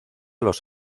los